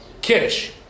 Kiddush